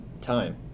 time